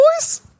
boys